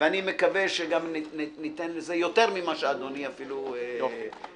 ואני מקווה שגם ניתן לזה יותר ממה שאדוני אפילו מצפה.